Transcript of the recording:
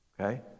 Okay